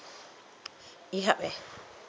E hub eh